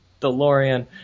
DeLorean